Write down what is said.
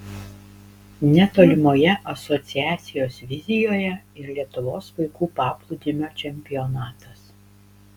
netolimoje asociacijos vizijoje ir lietuvos vaikų paplūdimio čempionatas